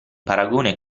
paragone